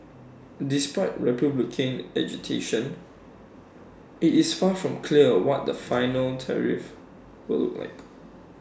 despite republican agitation IT is far from clear A what the final tariffs will look like